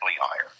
higher